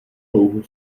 louhu